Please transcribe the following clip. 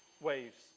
waves